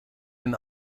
een